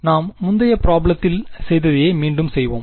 நாம் முந்தைய ப்ரபலத்தில் செய்ததையே மீண்டும் செய்வோம்